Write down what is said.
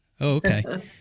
okay